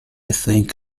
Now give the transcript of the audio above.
think